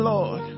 Lord